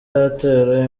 yatera